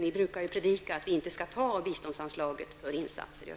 Ni brukar predika att biståndsanslaget inte skall användas för insatser i